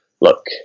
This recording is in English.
look